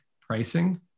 pricing